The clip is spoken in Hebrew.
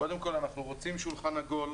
קודם כול, אנחנו רוצים שולחן עגול.